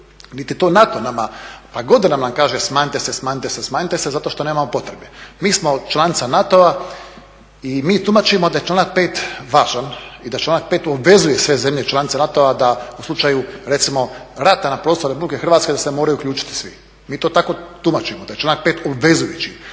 niti to NATO nama, pa godinama nam kaže smanjite se, smanjite se, smanjite se zato što nemamo potrebe. Mi smo članica NATO-a i mi tumačimo da je članak 5. važan, i da članak 5. obvezuje sve zemlje članice NATO-a da u slučaju recimo rata na prostoru RH da se moraju uključiti svi. Mi to tako tumačimo da članak 5. obvezujući,